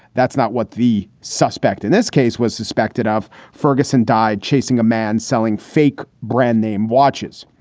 that's not what the suspect in this case was suspected of. ferguson died chasing a man selling fake brand name watches.